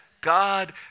God